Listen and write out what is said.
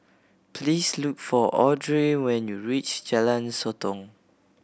please look for Audrey when you reach Jalan Sotong